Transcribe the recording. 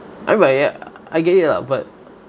I mean but ya I get it lah but